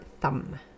thumb